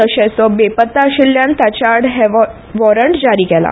तशेंच तो बेपत्ता आशिल्ल्यान ताचे आड हो वॉरंट जारी केला